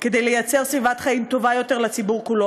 כדי ליצור סביבת חיים טובה יותר לציבור כולו,